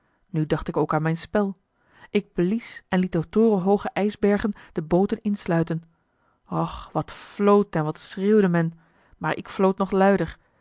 nu dacht ik ook aan mijn spel ik blies en liet de torenhooge ijsbergen de booten insluiten och wat floot en wat schreeuwde men maar ik floot nog luider